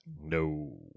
No